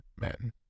men